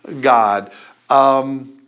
God